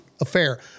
affair